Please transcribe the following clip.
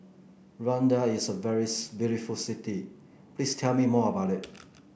Luanda is a very beautiful city please tell me more about it